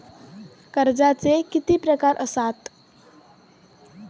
कर्जाचे किती प्रकार असात?